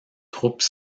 troupes